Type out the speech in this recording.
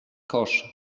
kosz